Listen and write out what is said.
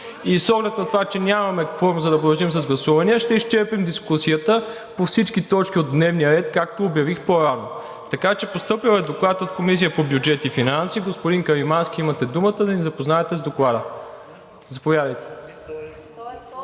С оглед на това, че нямаме кворум, за да продължим с гласувания, ще изчерпим дискусията по всички точки от дневния ред, както обявих по-рано. Постъпил е Доклад от Комисията по бюджет и финанси. Господин Каримански, имате думата да ни запознаете с Доклада. Заповядайте.